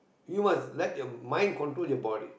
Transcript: you must let your mind control your body